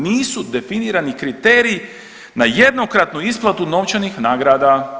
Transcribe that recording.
Nisu definirani kriteriji na jednokratnu isplatu novčanih nagrada.